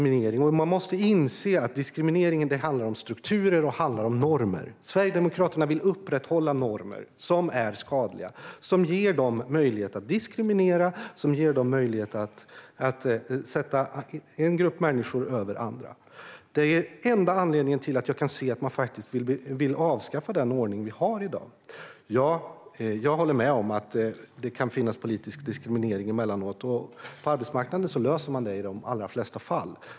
Man måste inse att diskriminering handlar om strukturer och normer. Sverigedemokraterna vill upprätthålla skadliga normer, som ger dem möjlighet att diskriminera och sätta en grupp människor över andra. Det är enda anledningen till att jag kan se att man faktiskt vill avskaffa dagens ordning. Jag håller med om att det emellanåt kan finnas politisk diskriminering. På arbetsmarknaden löses dessa frågor i de allra flesta fall.